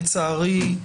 לצערי,